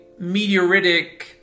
meteoritic